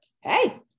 Hey